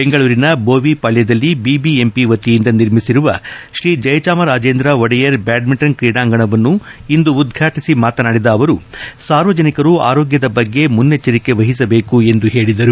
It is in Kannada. ಬೆಂಗಳೂರಿನ ಬೋವಿ ಪಾಳ್ಯದಲ್ಲಿ ಬಿಬಿಎಂಪಿ ವತಿಯಿಂದ ನಿರ್ಮಿಸಿರುವ ಶ್ರೀ ಜಯಚಾಮರಾಜೇಂದ್ರ ಒಡೆಯರ್ ಬ್ಯಾಡ್ಮಿಂಟನ್ ಕ್ರೀಡಾಂಗಣವನ್ನು ಇಂದು ಉದ್ಘಾಟಿಸಿ ಮಾತನಾದಿದ ಅವರು ಸಾರ್ವಜನಿಕರು ಆರೋಗ್ಯದ ಬಗ್ಗೆ ಮುನ್ನೆಚ್ಚರಿಕೆ ವಹಿಸಬೇಕು ಎಂದು ಹೇಳಿದರು